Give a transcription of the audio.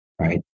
right